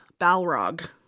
balrog